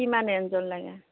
কিমান ৰেঞ্জৰ লাগে